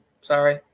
Sorry